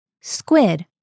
Squid